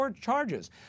charges